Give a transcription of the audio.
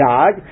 God